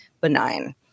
benign